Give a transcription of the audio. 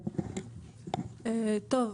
בבקשה.